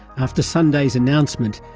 after sunday's announcement,